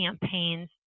campaigns